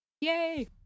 Yay